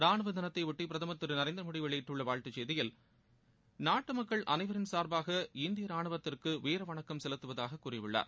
ரானுவ தினத்தையொட்டி பிரதமர் திரு நரேந்திரமோடி வெளியிட்டுள்ள செய்தியில் நாட்டு மக்கள் அனைவரின் சார்பாக இந்திய ராணுவத்திற்கு வீர வணக்கம் செலுத்துவதாக கூறியுள்ளார்